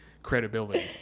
credibility